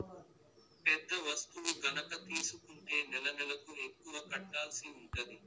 పెద్ద వస్తువు గనక తీసుకుంటే నెలనెలకు ఎక్కువ కట్టాల్సి ఉంటది